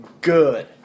good